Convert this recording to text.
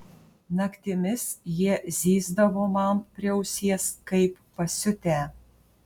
naktimis jie zyzdavo man prie ausies kaip pasiutę